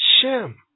Shem